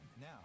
Now